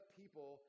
people